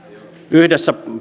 yhdessä